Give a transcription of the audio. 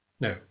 No